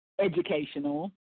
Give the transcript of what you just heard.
educational